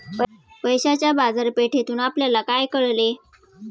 पैशाच्या बाजारपेठेतून आपल्याला काय कळले?